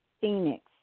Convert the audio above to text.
Phoenix